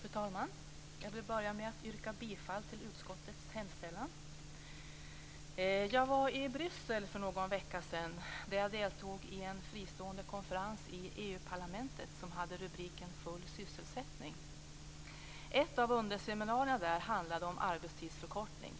Fru talman! Jag vill börja med att yrka bifall till utskottets hemställan. Jag var i Bryssel för någon vecka sedan där jag deltog i en fristående konferens i EU-parlamentet som hade rubriken Full sysselsättning. Ett av underseminarierna handlade om arbetstidsförkortning,